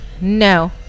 No